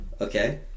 okay